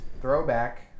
Throwback